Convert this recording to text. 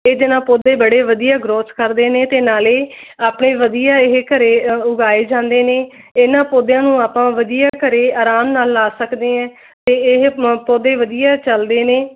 ਇਹਦੇ ਨਾਲ ਪੌਦੇ ਬੜੇ ਵਧੀਆ ਗਰੋਥ ਕਰਦੇ ਨੇ ਅਤੇ ਨਾਲੇ ਆਪਣੇ ਵਧੀਆ ਇਹ ਘਰੇ ਉਗਾਏ ਜਾਂਦੇ ਨੇ ਇਹਨਾਂ ਪੌਦਿਆਂ ਨੂੰ ਆਪਾਂ ਵਧੀਆ ਘਰੇ ਆਰਾਮ ਨਾਲ ਲਾ ਸਕਦੇ ਹੈ ਅਤੇ ਇਹ ਪੌਦੇ ਵਧੀਆ ਚਲਦੇ ਨੇ